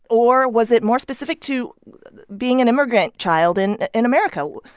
or was it more specific to being an immigrant child in in america?